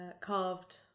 carved